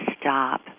stop